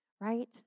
right